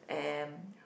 and